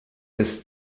des